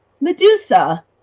Medusa